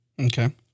Okay